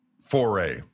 foray